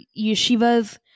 yeshivas